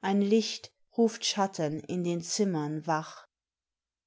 ein licht ruft schatten in den zimmern wach